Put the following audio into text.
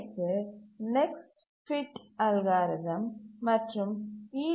ஏ க்கு next fit algorithm மற்றும் ஈ